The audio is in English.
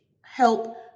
help